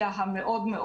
הקורונה.